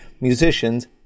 musicians